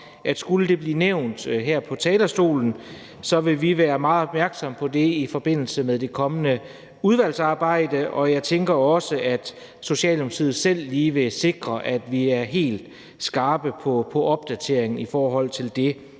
at skulle det blive nævnt her på talerstolen, vil vi være meget opmærksom på det i forbindelse med det kommende udvalgsarbejde. Og jeg tænker også, at Socialdemokratiet selv lige vil sikre, at vi er helt skarpe på opdateringen i forhold til det